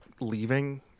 leaving